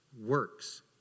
works